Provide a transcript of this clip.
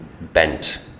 bent